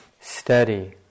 steady